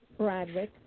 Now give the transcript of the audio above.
Bradwick